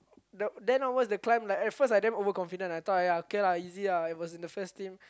then onwards the climb at first I damn overconfident I thought !aiya! okay ah easy ah I was in the first team